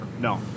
No